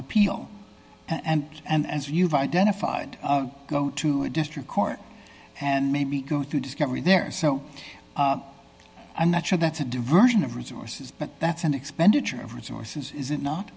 appeal and and as you've identified go to a district court and maybe go through discovery there so i'm not sure that's a diversion of resources but that's an expenditure of resources is it not